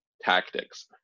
tactics